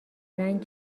رنگ